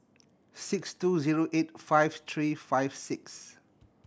six two zero eight five three five six